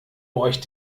euch